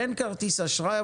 מעין כרטיס אשראי,